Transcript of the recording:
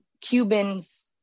Cubans